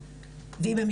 קודם.